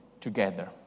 together